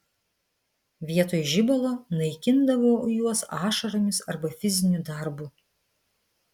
vietoj žibalo naikindavau juos ašaromis arba fiziniu darbu